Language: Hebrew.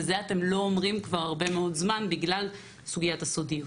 ואת זה אתם לא אומרים כבר הרבה מאוד זמן בגלל סוגיית הסודיות.